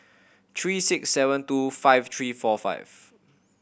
three six seven two five three four five